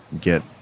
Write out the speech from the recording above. get